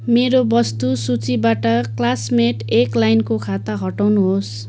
मेरो वस्तुसूचीबाट क्लास्मेट एक लाइनको खाता हटाउनुहोस्